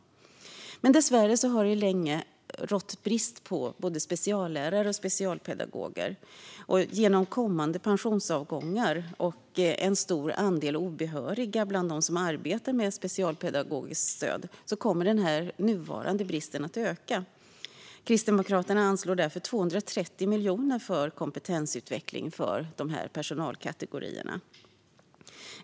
Dessvärre har det länge varit brist på speciallärare och specialpedagoger. På grund av kommande pensionsavgångar och en stor andel obehöriga bland dem som arbetar med specialpedagogiskt stöd kommer den nuvarande bristen att öka. Kristdemokraterna anslår därför 230 miljoner kronor för kompetensutveckling för dessa personalkategorier.